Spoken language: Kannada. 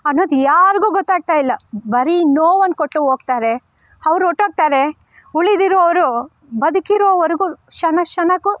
ಅನ್ನೋದು ಯಾರಿಗು ಗೊತ್ತಾಗ್ತಾಯಿಲ್ಲ ಬರೀ ನೋವನ್ನು ಕೊಟ್ಟು ಹೋಗ್ತಾರೆ ಅವ್ರು ಹೊರ್ಟ್ಹೋಗ್ತಾರೆ ಉಳಿದಿರುವರು ಬದುಕಿರೋವರಗೂ ಕ್ಷಣ ಕ್ಷಣಕ್ಕೂ